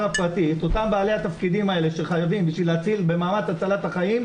הפרטי את אותם בעלי תפקידים האלה שחייבים במאמץ הצלת החיים,